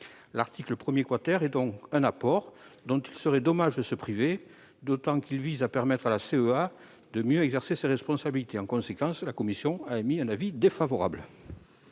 L'article 1 constitue donc un apport dont il serait dommage de se priver, d'autant qu'il vise à permettre à la CEA de mieux exercer ses responsabilités. En conséquence, la commission émet un avis défavorable